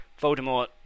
Voldemort